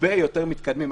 הרבה יותר מתקדמים.